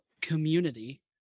community